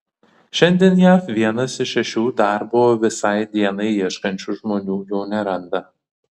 šiandien jav vienas iš šešių darbo visai dienai ieškančių žmonių jo neranda